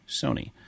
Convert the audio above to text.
Sony